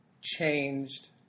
changed